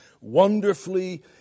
wonderfully